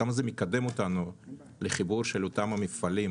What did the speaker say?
מקדם אותנו לחיבור של אותם המפעלים